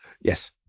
Yes